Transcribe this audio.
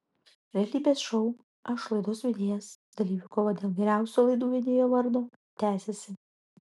realybės šou aš laidos vedėjas dalyvių kova dėl geriausio laidų vedėjo vardo tęsiasi